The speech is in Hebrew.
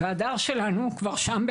והדר שלנו כבר שם,